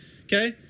okay